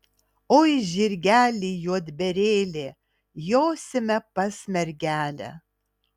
oi žirgeli juodbėrėli josime pas mergelę